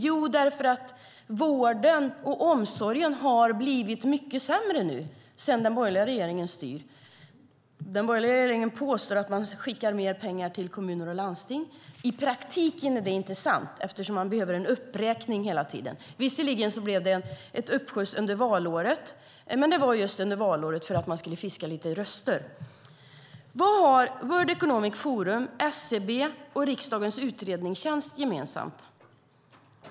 Jo, därför att vården och omsorgen har blivit mycket sämre nu sedan den borgerliga regeringen styr. Den borgerliga regeringen påstår att man skickar mer pengar till kommuner och landsting. I praktiken är det inte sant eftersom det krävs en uppräkning hela tiden. Visserligen blev det en uppskjuts under valåret, men det var just under valåret för att man skulle fiska lite röster. Vad har World Economic Forum, SCB och riksdagens utredningstjänst gemensamt?